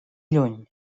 lluny